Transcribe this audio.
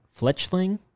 Fletchling